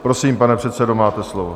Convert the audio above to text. Prosím, pane předsedo, máte slovo.